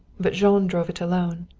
but jean drove it alone.